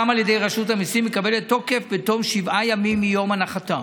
הרי ראשי מועצות שגם ככה קורסות תחת הנטל,